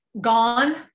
gone